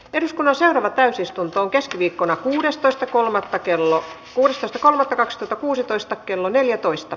eduskunnan sara täysistuntoon keskiviikkona yhdestoista kolmannetta kello kuusitoista kolme preston kuusitoista kello neljätoista